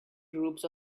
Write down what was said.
groups